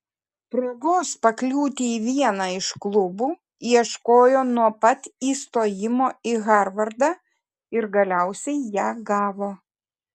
progos pakliūti į vieną iš klubų ieškojo nuo pat įstojimo į harvardą ir galiausiai ją gavo